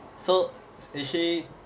so is she